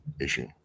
issue